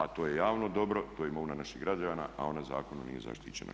A to je javno dobro, to je imovina naših građana a ona zakonom nije zaštićena.